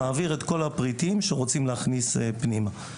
ומעביר את כל הפריטים שרוצים להכניס פנימה.